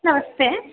ನಮಸ್ತೆ